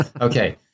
okay